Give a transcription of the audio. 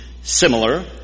similar